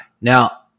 Now